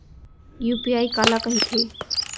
UPI काला कहिथे?